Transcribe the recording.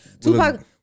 Tupac